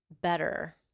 better